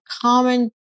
common